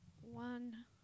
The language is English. one